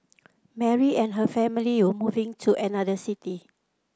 Mary and her family were moving to another city